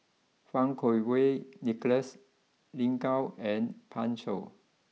Fang Kuo Wei Nicholas Lin Gao and Pan Shou